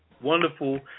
Wonderful